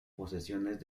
posesiones